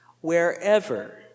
wherever